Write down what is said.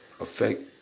affect